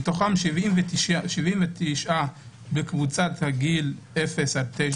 מתוכם 79 בקבוצת הגיל 0-9,